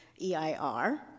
EIR